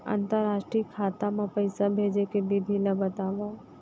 अंतरराष्ट्रीय खाता मा पइसा भेजे के विधि ला बतावव?